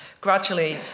gradually